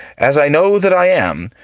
as i know that i am,